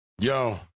yo